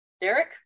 Derek